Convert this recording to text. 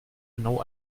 genau